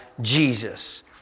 Jesus